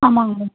ஆமாங்க மேம்